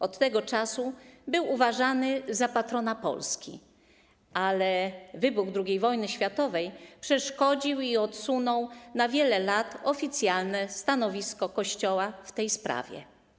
Od tego czasu był uważany za patrona Polski, ale wybuch II wojny światowej przeszkodził i odsunął na wiele lat oficjalne stanowisko Kościoła w tej sprawie.